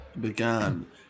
began